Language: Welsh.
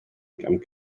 ffrainc